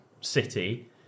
City